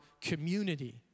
community